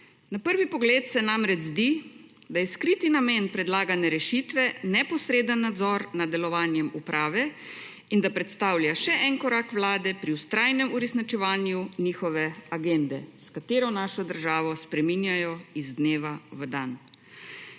Na prvi pogled se namreč zdi, da je skriti namen predlagane rešitve neposreden nadzor nad delovanjem uprave in da predstavlja še en korak Vlade pri vztrajnem uresničevanju njihove agende, s katero našo državo spreminjajo iz dneva v dan.